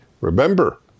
remember